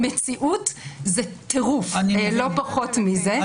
במציאות זה טירוף, לא פחות מזה.